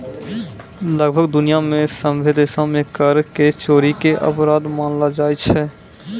लगभग दुनिया मे सभ्भे देशो मे कर के चोरी के अपराध मानलो जाय छै